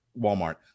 Walmart